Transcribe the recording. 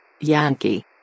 Yankee